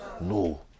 No